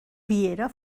piera